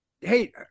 Hey